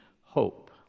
hope